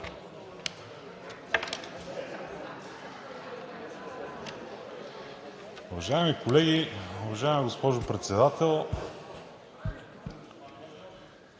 Уважаеми колеги, уважаема госпожо Председател!